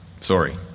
Sorry